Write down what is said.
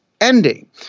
ending